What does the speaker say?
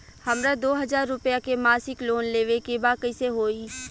हमरा दो हज़ार रुपया के मासिक लोन लेवे के बा कइसे होई?